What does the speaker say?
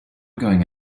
going